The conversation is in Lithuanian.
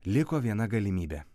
liko viena galimybė